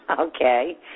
Okay